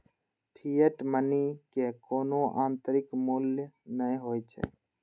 fiat money के कोनो आंतरिक मूल्य नै होइ छै